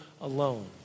alone